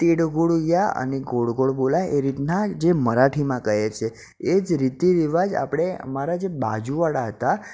તીડ ગુડ યા અને ગોળ ગોળ બોલાય એ રીતના જે મરાઠીમાં કહે છે એ જ રીતિરિવાજ આપણે મારા જે બાજુવાળા હતા